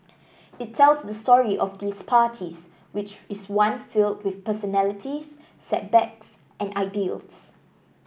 it tells the story of these parties which is one filled with personalities setbacks and ideals